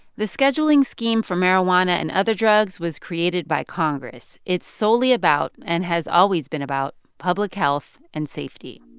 the scheduling scheme for marijuana and other drugs was created by congress. it's solely about and has always been about public health and safety.